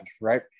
right